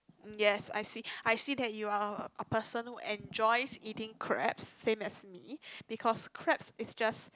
yes I see I see that you are a person who enjoys eating crabs same as me because crabs is just